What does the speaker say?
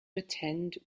attend